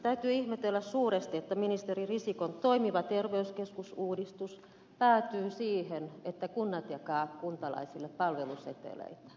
täytyy ihmetellä suuresti että ministeri risikon toimiva terveyskeskus uudistus päätyy siihen että kunnat jakavat kuntalaisille palveluseteleitä